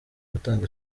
gutanga